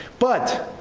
but,